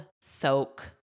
soak